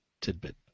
tidbit